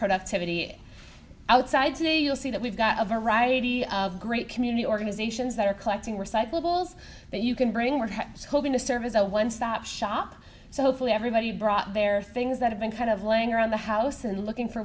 productivity outside today you'll see that we've got a variety of great community organizations that are collecting recyclables that you can bring we're hoping to serve as a one stop shop so hopefully everybody brought their things that have been kind of laying around the house and looking for